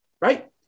Right